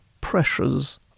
pressures